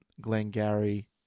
Glengarry